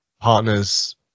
partners